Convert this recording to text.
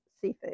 Seafood